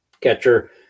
catcher